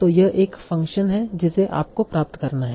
तो यह एक और फंक्शन है जिसे आपको प्राप्त करना है